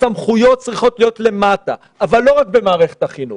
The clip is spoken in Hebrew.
הסמכויות צריכות למטה, אבל לא רק במערכת החינוך.